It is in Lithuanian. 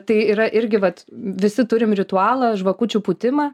tai yra irgi vat visi turim ritualą žvakučių pūtimą